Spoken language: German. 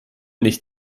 nicht